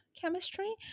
chemistry